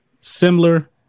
Similar